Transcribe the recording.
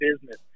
business